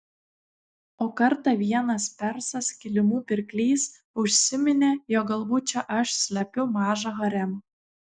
o kartą vienas persas kilimų pirklys užsiminė jog galbūt čia aš slepiu mažą haremą